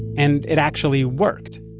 and it actually worked.